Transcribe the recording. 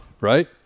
Right